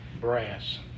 brass